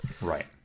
Right